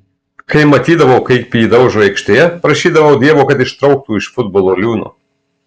kai matydavau kaip jį daužo aikštėje prašydavau dievo kad ištrauktų iš futbolo liūno